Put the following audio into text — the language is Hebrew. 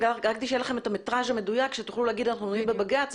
רצים רק כדי שיהיה לכם המטרז' המדויק שתוכלו להגיד שאתם עומדים בבג"ץ.